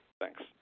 Thanks